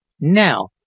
Now